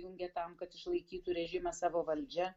pajungė tam kad išlaikytų režime savo valdžią